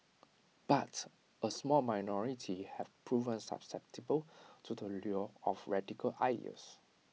but A small minority have proven susceptible to the lure of radical ideas